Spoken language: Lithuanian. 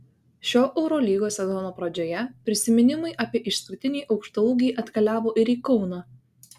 šio eurolygos sezono pradžioje prisiminimai apie išskirtinį aukštaūgį atkeliavo ir į kauną